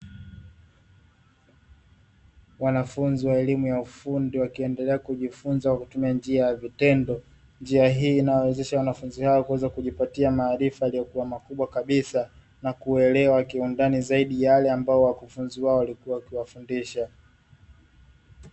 Wanafunzi wa elimu ya ufundi, wakiendelea kujifunza kwa kutumia njia ya vitendo. Njia hii inawawezesha wanafunzi hao kuweza kujipatia maarifa yaliyokuwa makubwa kabisa na kuelewa kiundani zaidi yale ambayo wakufunzi wao walikuwa wakiwafundisha.